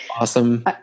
awesome